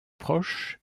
proche